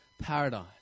paradise